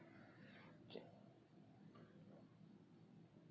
okay